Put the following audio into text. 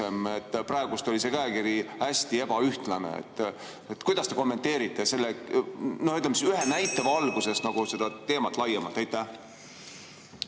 Praegu oli see käekiri hästi ebaühtlane. Kuidas te kommenteerite selle ühe näite valguses seda teemat laiemalt?